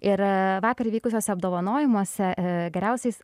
ir vakar vykusiuose apdovanojimuose geriausiais